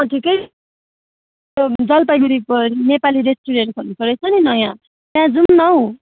ठिकै त्यो जलपाइगुढीको नेपाली रेस्टुरेन्ट खोलेको रहेछ नि नयांँ त्यहाँ जाऊँ न हौ